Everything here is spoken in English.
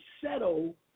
settle